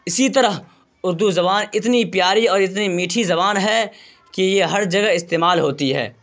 اسی طرح اردو زبان اتنی پیاری اور اتنی میٹھی زبان ہے کہ یہ ہر جگہ استعمال ہوتی ہے